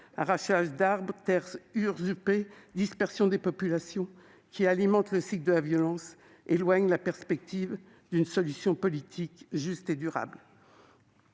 arrachages d'arbres, terres usurpées, dispersion des populations, qui alimentent le cycle de la violence et éloignent la perspective d'une solution politique juste et durable.